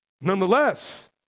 Nonetheless